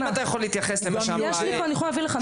להתייחס למה ששמחה אמרה כאן.